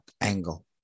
angle